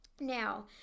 Now